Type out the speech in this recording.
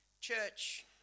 Church